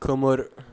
खोमोर